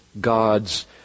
God's